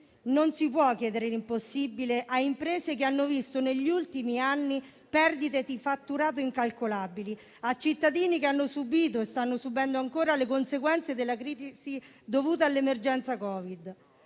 Non si può chiedere l'impossibile a imprese che hanno visto negli ultimi anni perdite di fatturato incalcolabili, a cittadini che hanno subito e stanno subendo ancora le conseguenze della crisi dovuta all'emergenza Covid,